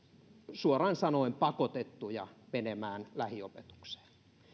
suoraan sanoen pakotettuja menemään lähiopetukseen